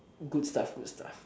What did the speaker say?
good stuff good stuff